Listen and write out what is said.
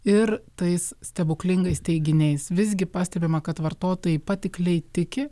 ir tais stebuklingais teiginiais visgi pastebima kad vartotojai patikliai tiki